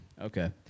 Okay